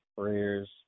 prayers